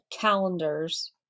calendars